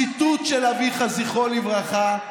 ציטוט של אביך, זכרו לברכה: